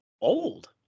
old